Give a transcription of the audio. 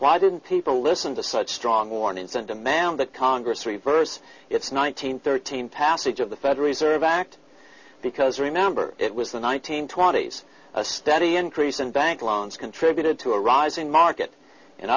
why didn't people listen to such strong warnings and demand that congress reverse its nine hundred thirteen passage of the federal reserve act because remember it was the one nine hundred twenty s a steady increase in bank loans contributed to a rising market in